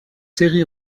série